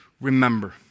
remember